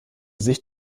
sicht